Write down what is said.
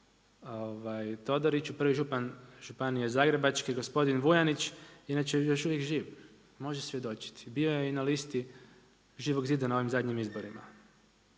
Todoriću, prvi župan županije Zagrebačke, gospodin Vujanić, inače još uvijek živ, može svjedočiti. Bio je i na listi Živog zida na ovim zadnjim izborima.